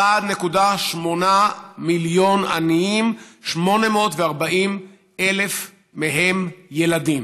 1.8 מיליון עניים, 840,000 מהם ילדים.